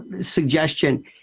suggestion